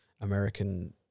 american